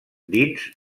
dins